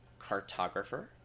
Cartographer